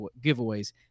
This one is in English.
giveaways